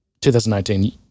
2019